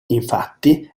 infatti